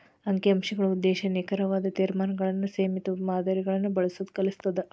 ಅಂಕಿ ಅಂಶಗಳ ಉದ್ದೇಶ ನಿಖರವಾದ ತೇರ್ಮಾನಗಳನ್ನ ಸೇಮಿತ ಮಾದರಿಗಳನ್ನ ಬಳಸೋದ್ ಕಲಿಸತ್ತ